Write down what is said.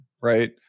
right